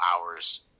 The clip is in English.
hours